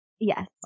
Yes